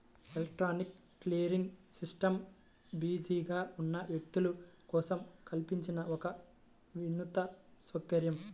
electronic clearing system బిజీగా ఉన్న వ్యక్తుల కోసం కల్పించిన ఒక వినూత్న సౌకర్యం